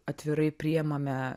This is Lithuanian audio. atvirai priimame